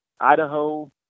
idaho